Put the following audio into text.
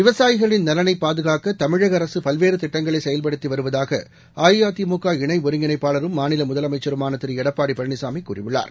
விவசாயிகளின் நலனைபாதுகாக்கதமிழகஅரசுபல்வேறுதிட்டங்களைசெயல்படுத்திவருவதாகஅஇஅதிமுக வின் இணைஒருங்கிணைப்பாளரும் மாநிலமுதலமைச்சருமானதிருளடப்பாடிபழனிசாமிகூறியுள்ளார்